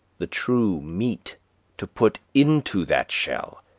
the true meat to put into that shell,